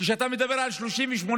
כשאתה מדבר על 38,